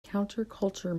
counterculture